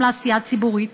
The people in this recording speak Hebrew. גם לעשייה הציבורית,